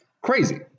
Crazy